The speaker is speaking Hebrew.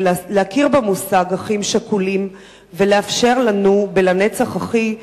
להכיר במושג אחים שכולים ולאפשר לנו ב"לנצח אחי"